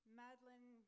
madeline